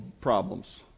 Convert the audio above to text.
problems